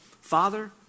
Father